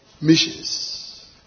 missions